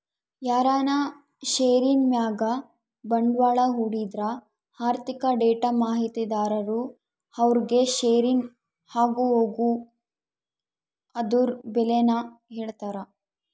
ಯಾರನ ಷೇರಿನ್ ಮ್ಯಾಗ ಬಂಡ್ವಾಳ ಹೂಡಿದ್ರ ಆರ್ಥಿಕ ಡೇಟಾ ಮಾಹಿತಿದಾರರು ಅವ್ರುಗೆ ಷೇರಿನ ಆಗುಹೋಗು ಅದುರ್ ಬೆಲೇನ ಹೇಳ್ತಾರ